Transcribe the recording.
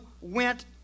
went